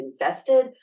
invested